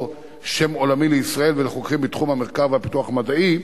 שם עולמי לישראל ולחוקרים בתחום המחקר והפיתוח המדעי.